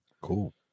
Cool